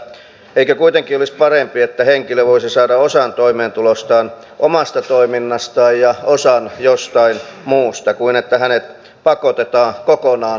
eikö kuitenkin olisi parempi että henkilö voisi saada osan toimeentulostaan omasta toiminnastaan ja osan jostain muusta kuin että hänet pakotetaan kokonaan työttömäksi